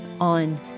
on